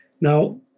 Now